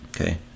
Okay